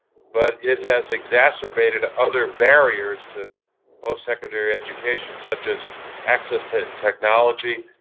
but it has exacerbated other barriers to postsecondary education such as access to technology,